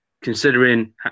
considering